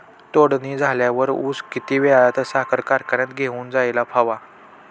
तोडणी झाल्यावर ऊस किती वेळात साखर कारखान्यात घेऊन जायला हवा?